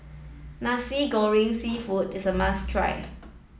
Nasi Goreng Seafood is a must try